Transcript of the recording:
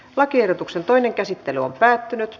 lakiehdotuksen toinen käsittely päättyi